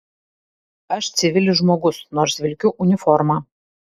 aš civilis žmogus nors vilkiu uniformą